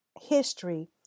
history